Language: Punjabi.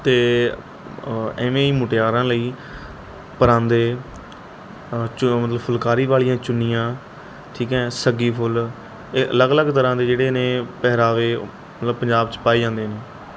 ਅਤੇ ਐਵੇਂ ਹੀ ਮੁਟਿਆਰਾਂ ਲਈ ਪਰਾਂਦੇ ਫੁਲਕਾਰੀ ਵਾਲੀਆਂ ਚੁੰਨੀਆਂ ਠੀਕ ਹੈ ਸੱਗੀ ਫੁੱਲ ਇਹ ਅਲੱਗ ਅਲੱਗ ਤਰ੍ਹਾਂ ਦੇ ਜਿਹੜੇ ਨੇ ਪਹਿਰਾਵੇ ਮਤਲਵ ਪੰਜਾਬ 'ਚ ਪਾਏ ਜਾਂਦੇ ਨੇ